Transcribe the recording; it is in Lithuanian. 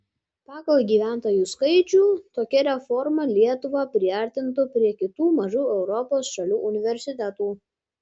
pagal gyventojų skaičių tokia reforma lietuvą priartintų prie kitų mažų europos šalių universitetų